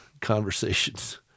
conversations